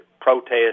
protest